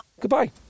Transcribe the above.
goodbye